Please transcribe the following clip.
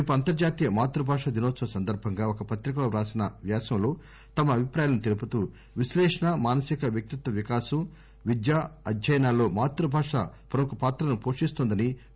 రేపు అంతర్జాతీయ మాతృభాష దినోత్సవం సందర్బంగా ఒక పత్రికలో రాసిన వ్యాసంలో తమ అభిప్రాయాలను తెలుపుతూ విశ్లేషణ మానసిక వ్యక్తిత్వ వికాసం విద్య అధ్యయనాల్లో మాతృభాష ప్రముఖ పాత్రను పోషిస్తోందని చెప్పారు